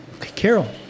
Carol